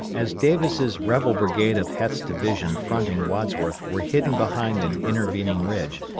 as davis' rebel brigade of heth's division fronting wadsworth were hidden behind an intervening ridge,